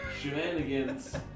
Shenanigans